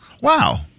Wow